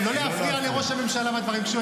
לא להפריע לראש הממשלה בדברים שלו.